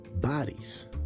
bodies